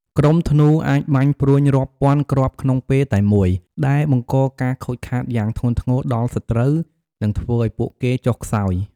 ក្រុមធ្នូអាចបាញ់ព្រួញរាប់ពាន់គ្រាប់ក្នុងពេលតែមួយ ដែលបង្កការខូចខាតយ៉ាងធ្ងន់ធ្ងរដល់សត្រូវ និងធ្វើឱ្យពួកគេចុះខ្សោយ។